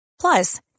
Plus